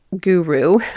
guru